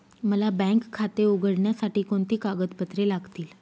मला बँक खाते उघडण्यासाठी कोणती कागदपत्रे लागतील?